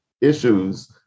issues